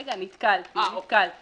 זוג שלח לי הודעה: "אהלן, קוראים לי ...